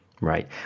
Right